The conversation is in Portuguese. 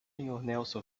nelson